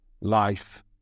life